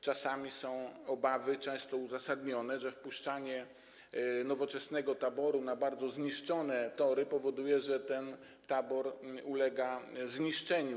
Czasami są obawy, często uzasadnione, że wpuszczenie nowoczesnego taboru na bardzo zniszczone tory spowoduje, że ten tabor ulegnie zniszczeniu.